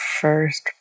first